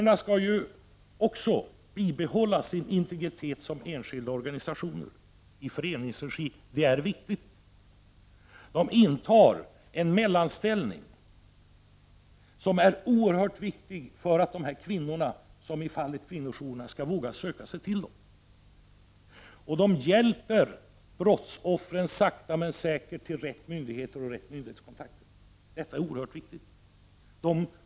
Vidare måste de här jourerna få behålla sin integritet som enskilda organisationer i föreningsregi. Detta är viktigt. Dessa jourer intar en mellanställning. Exempelvis kvinnojouren är oerhört viktig för många kvinnor som annars inte skulle våga söka hjälp. Jourerna hjälper brottsoffren, så att dessa — det går sakta, men säkert — kommer till rätt myndighet och alltså får den rätta myndighetskontakten. Detta är också oerhört viktigt.